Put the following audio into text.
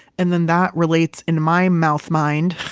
and then that relates in my mouth mind,